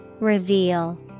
Reveal